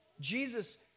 Jesus